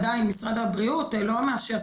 עדיין משרד הבריאות לא מאפשר,